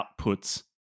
outputs